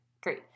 Great